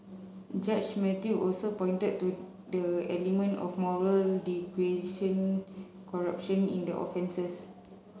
Judge Mathew also pointed to the element of moral degradation corruption in the offences